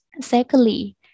Secondly